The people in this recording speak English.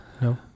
No